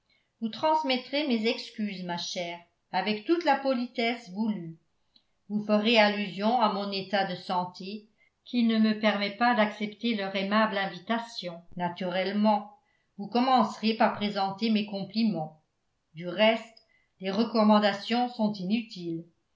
vous transmettrez mes excuses ma chère avec toute la politesse voulue vous ferez allusion à mon état de santé qui ne me permet pas d'accepter leur aimable invitation naturellement vous commencerez par présenter mes compliments du reste les recommandations sont inutiles